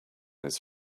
his